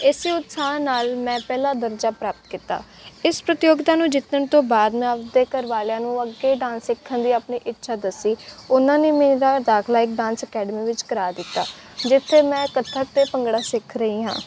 ਇਸੇ ਉਤਸਾਹ ਨਾਲ ਮੈਂ ਪਹਿਲਾ ਦਰਜਾ ਪ੍ਰਾਪਤ ਕੀਤਾ ਇਸ ਪ੍ਰਤਿਯੋਗਿਤਾ ਨੂੰ ਜਿੱਤਣ ਤੋਂ ਬਾਅਦ ਮੈਂ ਆਪਦੇ ਘਰ ਵਾਲਿਆਂ ਨੂੰ ਅੱਗੇ ਡਾਂਸ ਸਿੱਖਣ ਦੀ ਆਪਣੀ ਇੱਛਾ ਦੱਸੀ ਉਹਨਾਂ ਨੇ ਮੇਰਾ ਦਾਖਲਾ ਇੱਕ ਡਾਂਸ ਅਕੈਡਮੀ ਵਿੱਚ ਕਰਵਾ ਦਿੱਤਾ ਜਿੱਥੇ ਮੈਂ ਕੱਥਕ ਅਤੇ ਭੰਗੜਾ ਸਿੱਖ ਰਹੀ ਹਾਂ